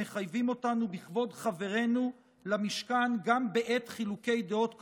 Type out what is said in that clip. המחייבים אותנו בכבוד חברינו למשכן גם בעת חילוקי דעות קשים,